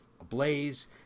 ablaze